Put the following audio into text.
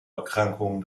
erkrankungen